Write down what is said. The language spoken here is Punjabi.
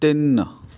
ਤਿੰਨ